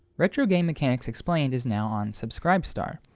retro game mechanics explained is now on subscribestar.